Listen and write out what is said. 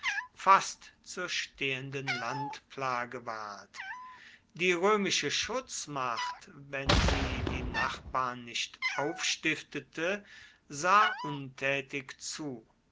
fast zur stehenden landplage ward die römische schutzmacht wenn sie die nachbarn nicht aufstiftete sah untätig zu